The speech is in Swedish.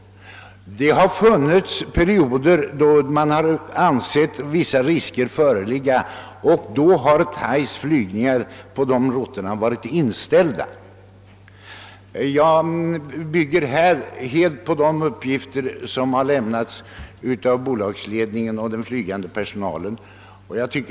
Under vissa perioder har man ansett risker föreligga, men då har Thai:s flygningar varit inställda på de routerna. Jag bygger här helt på de uppgifter som lämnats av bolagsledningen och av den flygande personalen.